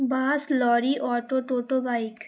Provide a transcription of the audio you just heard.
bus lorry auto toto bike